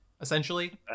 essentially